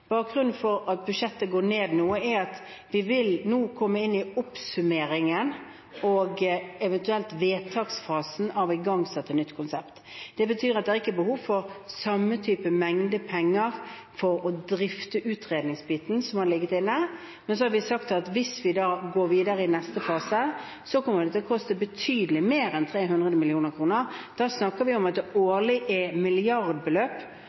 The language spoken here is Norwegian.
Bakgrunnen for at budsjettet går ned nå, er at vi nå vil komme inn i oppsummeringen og eventuelt vedtaksfasen av å igangsette nytt konsept. Det betyr at det ikke er behov for samme mengde penger for å drifte utredningsbiten som har ligget inne, men så har vi sagt at hvis vi går videre i neste fase, kommer det til å koste betydelig mer enn 300 mill. kr. Da snakker vi om at det årlig er milliardbeløp